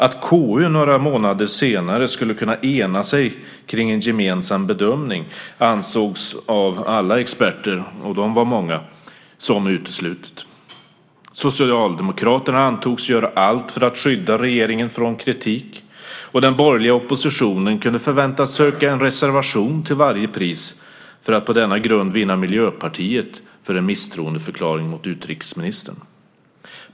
Att KU några månader senare skulle kunna ena sig om en gemensam bedömning ansågs av alla experter - och de var många - som uteslutet. Socialdemokraterna antogs göra allt för att skydda regeringen från kritik, och den borgerliga oppositionen kunde förväntas söka en reservation till varje pris för att på denna grund vinna Miljöpartiet för en misstroendeförklaring mot utrikesministern.